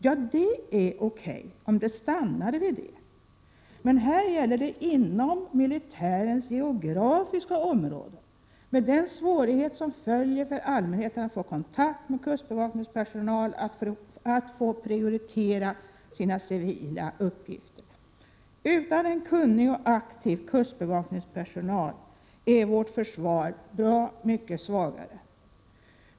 Ja, det är okej, om det stannar vid det. Men man skall också vara placerad inom militärens geografiska område, med åtföljande svårighet för allmänheten att få kontakt med kustbevakningens personal och för denna att prioritera sina civila uppgifter. Utan en kunnig och aktiv kustbevakningspersonal är vårt försvar bra mycket svagare.